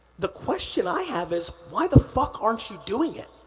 the question i have is, why the fuck aren't you doing it?